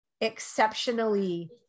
exceptionally